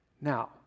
Now